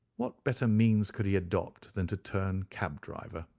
what better means could he adopt than to turn cabdriver.